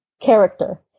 character